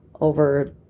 over